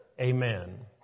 Amen